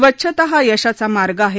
स्वच्छता हा यशाचा मार्ग आहे